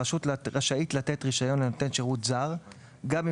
הרשות רשאית לתת רישיון לנותן שירות זר גם אם